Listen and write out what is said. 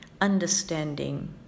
understanding